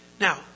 Now